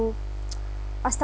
are star~